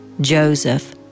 Joseph